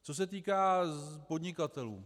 Co se týká podnikatelů.